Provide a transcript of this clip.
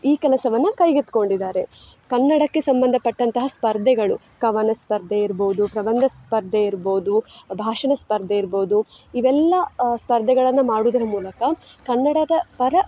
ಈ ಕೆಲಸವನ್ನು ಕೈಗೆತ್ತಿಕೊಂಡಿದ್ದಾರೆ ಕನ್ನಡಕ್ಕೆ ಸಂಬಂಧಪಟ್ಟಂತಹ ಸ್ಪರ್ಧೆಗಳು ಕವನ ಸ್ಪರ್ಧೆ ಇರ್ಬಹುದು ಪ್ರಬಂಧ ಸ್ಪರ್ಧೆ ಇರ್ಬಹುದು ಭಾಷಣ ಸ್ಪರ್ಧೆ ಇರ್ಬಹುದು ಇವೆಲ್ಲ ಸ್ಪರ್ಧೆಗಳನ್ನು ಮಾಡುವುದರ ಮೂಲಕ ಕನ್ನಡದ ಪರ